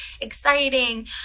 exciting